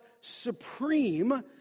supreme